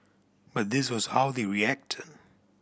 but this was how they reacted